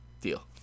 Deal